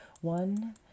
One